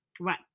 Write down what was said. Right